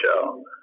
Show